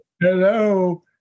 Hello